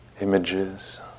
images